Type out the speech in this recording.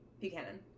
Buchanan